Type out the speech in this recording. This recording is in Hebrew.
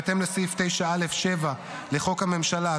בהתאם לסעיף 9(א)(7) לחוק הממשלה,